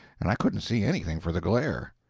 and i couldn't see anything for the glare.